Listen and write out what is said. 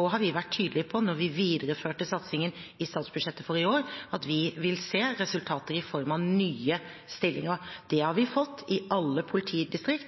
har vi vært tydelige på, når vi videreførte satsingen i statsbudsjettet for i år, at vi vil se resultater i form av nye stillinger. Det har vi fått i alle politidistrikt,